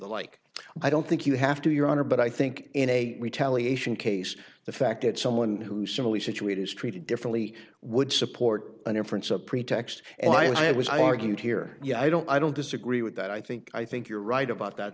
the like i don't think you have to your honor but i think in a retaliation case the fact that someone who similarly situated is treated differently would support an inference a pretext and i was i argued here yeah i don't i don't disagree with that i think i think you're right about that